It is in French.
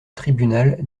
tribunal